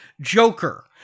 Joker